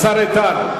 איתן.